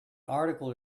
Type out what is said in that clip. article